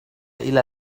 إلى